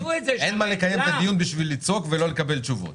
אין מה לקיים את הדיון רק בשביל לצעוק ולא לקבל תשובות.